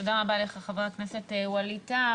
תודה רבה לך, חבר הכנסת ווליד טאהא.